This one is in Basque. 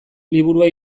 liburua